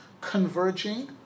converging